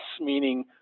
meaning